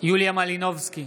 יוליה מלינובסקי,